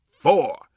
Four